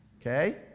Okay